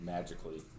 Magically